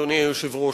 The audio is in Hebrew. אדוני היושב-ראש,